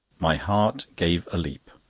my heart gave a leap.